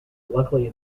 luckily